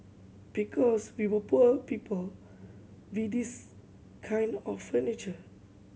because we were poor people we this kind of furniture